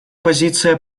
позиция